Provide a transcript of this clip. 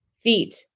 feet